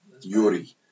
Yuri